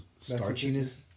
starchiness